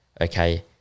okay